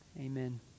Amen